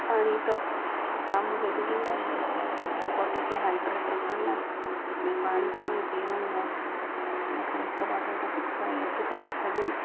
पाणी त जाम जरूरी आहे बॉडी खे हाइड्रेट रखण लाइ भई पाणी त भई पीअणो ई आहे इन करे हिक बॉटल त फ़िक्स आहे अधि कलकु भॼियलु